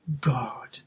God